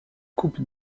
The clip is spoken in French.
coupe